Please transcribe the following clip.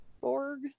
Borg